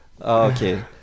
okay